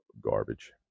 garbage